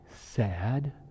sad